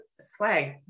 swag